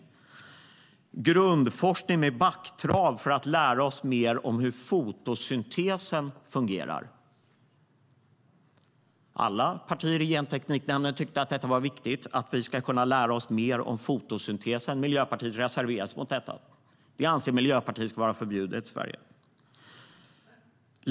När det gällde grundforskning med backtrav för att lära oss mer om hur fotosyntesen fungerar tyckte alla partier i Gentekniknämnden att det var viktigt att vi ska kunna lära oss mer om fotosyntesen, men Miljöpartiet reserverade sig mot detta. Miljöpartiet anser att det ska vara förbjudet i Sverige.